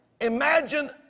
Imagine